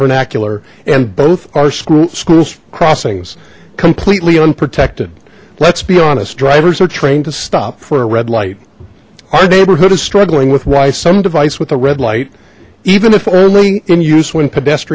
vernacular and both our school school crossings completely unprotected let's be honest drivers are trained to stop for a red light our neighborhood is struggling with why some device with a red light even if only in use when